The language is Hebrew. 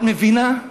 את מבינה?